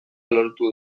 lortu